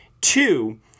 Two